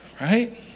right